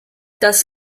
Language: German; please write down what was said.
das